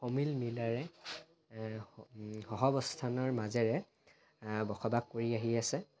সমিলমিলেৰে সহাৱস্থানৰ মাজেৰে বসবাস কৰি আহি আছে